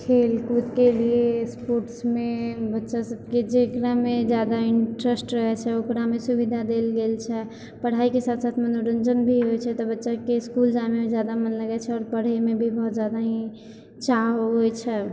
खेलकूदके लिए स्पोर्टसमे बच्चासबके जकरामे जे ज्यादा इन्टेरेस्ट रहै छै ओकरामे सुविधा देल गेल छै पढ़ाइके साथ साथ मनोरञ्जन भी होइ छै तऽ बच्चाके इसकुल जाइमे ज्यादा मोन लगै छै आओर पढ़ैमे बहुत ज्यादा ही चाह होइ छै